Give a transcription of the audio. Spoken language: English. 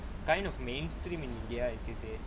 kind of mainstream india if you say